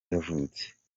yavutse